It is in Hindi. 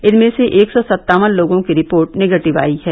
इनमें से एक सौ सत्तावन लोगों की रिपोर्ट निगेटिव आयी है